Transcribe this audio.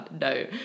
No